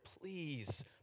please